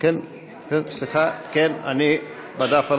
אני בדף הלא-נכון.